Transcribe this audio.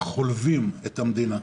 שחולבים את המדינה,